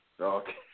Okay